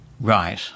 Right